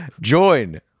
Join